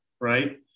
right